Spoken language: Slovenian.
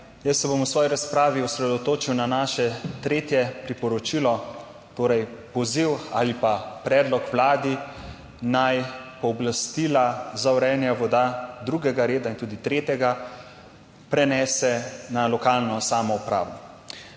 Jaz se bom v svoji razpravi osredotočil na naše tretje priporočilo torej poziv ali pa predlog Vladi naj pooblastila za urejanje voda drugega reda in tudi tretjega prenese na lokalno samoupravo.